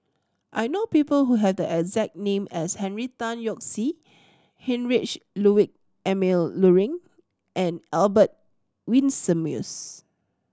I know people who have the exact name as Henry Tan Yoke See Heinrich Ludwig Emil Luering and Albert Winsemius